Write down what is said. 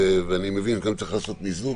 אני מבין שכאן צריך לעשות מיזוג,